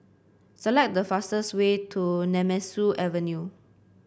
select the fastest way to Nemesu Avenue